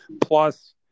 Plus